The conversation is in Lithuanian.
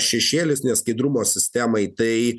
šešėlis neskaidrumo sistemai tai